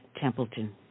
Templeton